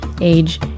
age